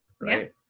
right